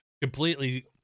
completely